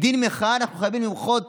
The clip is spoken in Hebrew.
מדין מחאה אנחנו חייבים למחות,